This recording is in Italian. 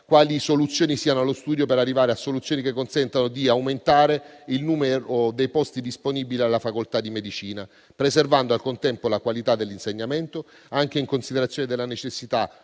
quali misure siano allo studio per arrivare a soluzioni che consentano di aumentare il numero dei posti disponibili alla facoltà di medicina, preservando, al contempo, la qualità dell'insegnamento, anche in considerazione della necessità,